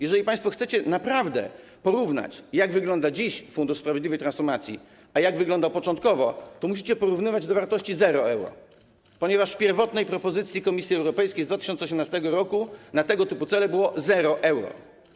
Jeżeli państwo chcecie naprawdę porównać, jak wygląda dziś Fundusz Sprawiedliwej Transformacji, a jak wyglądał początkowo, to musicie porównywać do wartości 0 euro, ponieważ w pierwotnej propozycji Komisji Europejskiej z 2018 r. na tego typu cele było 0 euro.